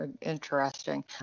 interesting